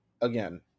again